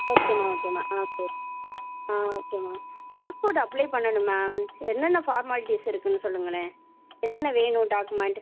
okay மா okay மா ஆ சரி ஆ ஓகே மா பாஸ்போர்ட் அப்ளை பண்ணணும் மேம் என்னென்ன ஃபார்மாலிட்டீஸ் இருக்குதுன்னு சொல்லுங்களேன் என்னென்ன வேணும் டாக்குமெண்ட்